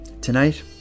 tonight